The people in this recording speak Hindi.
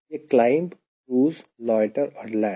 ये क्लाइंब क्रूज़ लोयटर और लैंड